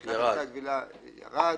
יימחק.